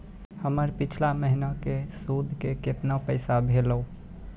हमर पिछला महीने के सुध के केतना पैसा भेलौ?